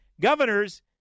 governors